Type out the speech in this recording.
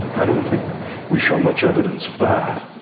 i don't think we show much evidence of that.